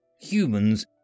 humans